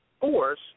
force